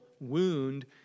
wound